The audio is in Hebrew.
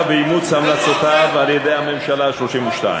ואימוץ המלצותיו על-ידי הממשלה ה-32,